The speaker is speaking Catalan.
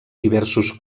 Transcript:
diversos